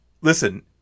listen